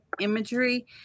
imagery